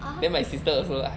ah